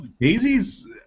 Daisies